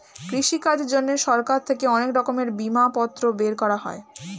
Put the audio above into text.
কৃষিকাজের জন্যে সরকার থেকে অনেক রকমের বিমাপত্র বের করা হয়